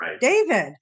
David